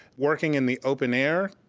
working in the open air,